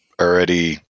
already